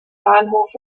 bahnhof